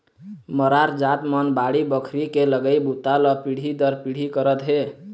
मरार जात मन बाड़ी बखरी के लगई बूता ल पीढ़ी दर पीढ़ी करत हे